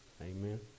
Amen